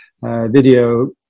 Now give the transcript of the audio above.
video